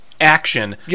action